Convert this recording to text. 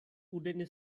wooden